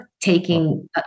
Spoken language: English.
taking